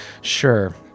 Sure